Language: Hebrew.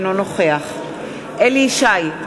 אינו נוכח אליהו ישי,